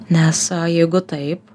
nes jeigu taip